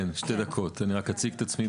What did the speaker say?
כן, אני אציג את עצמי.